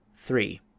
three.